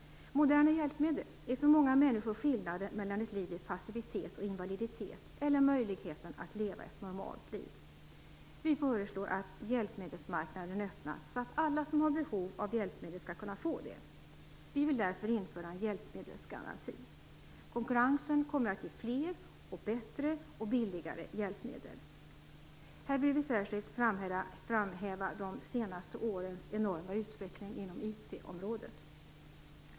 Moderna hjälpmedel är för många människor skillnaden mellan ett liv i passivitet och invaliditet och möjligheten att leva ett normalt liv. Vi föreslår att hjälpmedelsmarknaden öppnas så att alla som har behov av hjälpmedel skall kunna få det. Vi vill därför införa en hjälpmedelsgaranti. Konkurrensen kommer att ge fler, bättre och billigare hjälpmedel. Här vill vi särskilt framhäva de senaste årens enorma utveckling inom IT-området.